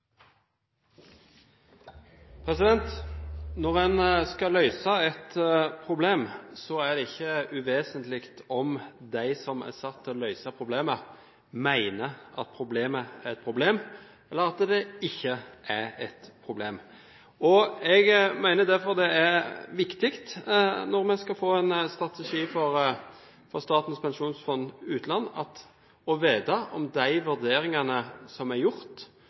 Når en skal løse et problem, er det ikke uvesentlig om de som er satt til å løse problemet, mener at problemet er et problem eller at det ikke er et problem. Jeg mener derfor det er viktig, når vi skal få en strategi for Statens pensjonsfond utland, å vite om de vurderingene som er gjort,